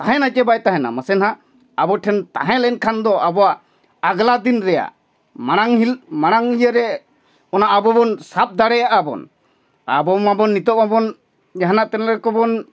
ᱛᱟᱦᱮᱱᱟ ᱪᱮ ᱵᱟᱭ ᱛᱟᱦᱮᱱᱟ ᱢᱟᱥᱮ ᱱᱟᱦᱟᱜ ᱟᱵᱚ ᱴᱷᱮᱱ ᱛᱟᱦᱮᱸ ᱞᱮᱱᱠᱷᱟᱱ ᱫᱚ ᱟᱵᱚᱣᱟᱜ ᱟᱜᱽᱞᱟ ᱫᱤᱱ ᱨᱮᱭᱟᱜ ᱢᱟᱲᱟᱝ ᱢᱟᱲᱟᱝ ᱤᱭᱟᱹᱨᱮ ᱚᱱᱟ ᱟᱵᱚ ᱵᱚᱱ ᱥᱟᱵ ᱫᱟᱲᱮᱭᱟᱜᱼᱟ ᱵᱚᱱ ᱟᱵᱚ ᱢᱟᱵᱚᱱ ᱱᱤᱛᱳᱜ ᱢᱟᱵᱚᱱ ᱡᱟᱦᱟᱱᱟᱜ ᱛᱮᱱ ᱨᱮᱠᱚ ᱵᱚᱱ